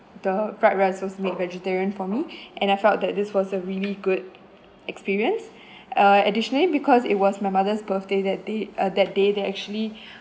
the fried rice was made vegetarian for me and I felt that this was a really good experience err additionally because it was my mother's birthday that day uh that day they actually